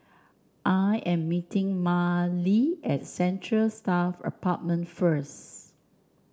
I am meeting Marely at Central Staff Apartment first